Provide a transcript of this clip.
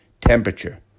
Temperature